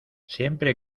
siempre